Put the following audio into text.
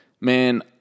man